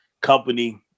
company